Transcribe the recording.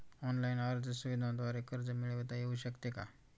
Online अर्ज सुविधांद्वारे कर्ज मिळविता येऊ शकते का?